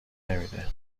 نمیده